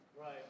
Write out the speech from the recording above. Right